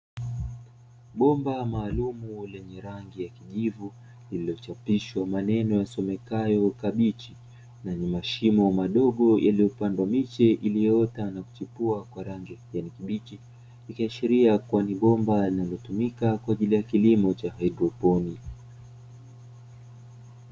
Bomba maalumu lenye rangi ya kijivu lililochapishwa maneno yasomekayo kabichi lenye mashimo madogo yaliyopandwa miti iliyoota kuwa kwa rangi ya kijani kibichi, ikiashiria kuwa ni bomba linalotumika kwa ajili ya kilimo cha haidroponi.